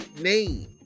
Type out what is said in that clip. name